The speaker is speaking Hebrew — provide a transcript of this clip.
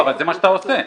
אבל זה מה שאתה עושה.